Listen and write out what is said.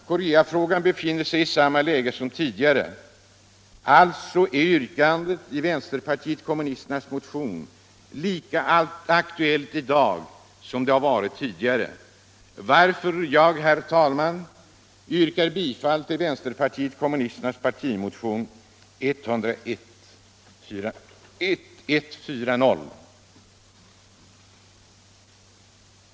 Koreafrågan befinner sig i samma läge som tidigare, och yrkandet i vänsterpartiet kommunisternas motion är alltså lika aktuellt i dag som tidigare, varför jag, herr talman, yrkar bifall till vänsterpartiet kommunisternas partimotion 1975/76:1140.